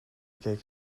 keek